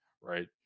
right